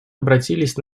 обратились